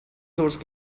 source